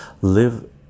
live